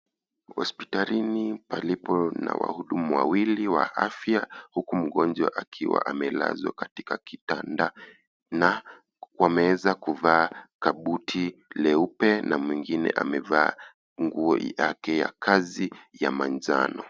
Hospitalini palipo na wahudumu wawili wa afya huku mgonjwa akiwa amelazwa katika kitanda na wameeza kuvaa kabuti leupe na mwingine amevaa nguo yake ya kazi ya manjano.